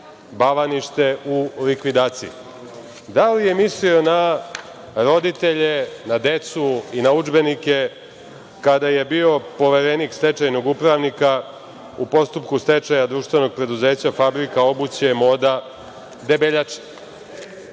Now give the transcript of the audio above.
Bavanište, da li je mislio na roditelje na decu i na udžbenike kada je bio poverenik stečajnog upravnika u postupku stečaja društvenog preduzeća fabrika obuće „Moda“ Debeljača,